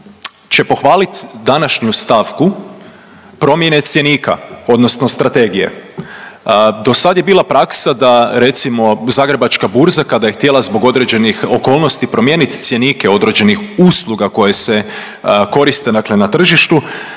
će pohvalit današnju stavku promjene cjenika odnosno strategije. Do sad je bila praksa da recimo Zagrebačka burza kada je htjela zbog određenih okolnosti promijenit cjenike određenih usluga koje se korite dakle na tržištu,